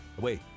Wait